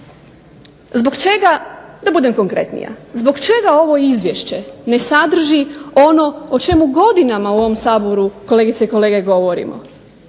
kolege, apsolutno nije realna. Zbog čega ovo Izvješće ne sadrži ono o čemu godinama u ovom Saboru kolegice i kolege govorimo,